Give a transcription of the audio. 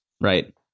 right